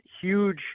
huge